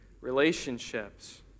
relationships